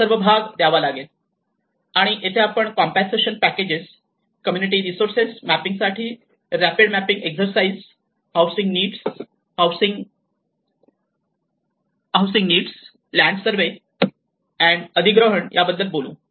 हा सर्व भाग द्यावा लागेल आणि येथे आपण compensation packages community resources mapping साठी rapid mapping exercise housing needs land survey and अधिग्रहण याबद्दल बोलू